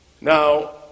Now